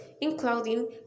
including